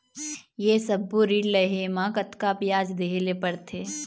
ये सब्बो ऋण लहे मा कतका ब्याज देहें ले पड़ते?